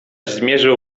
zmierzył